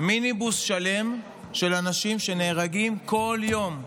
מיניבוס שלם של אנשים שנהרגים כל יום.